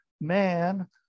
Man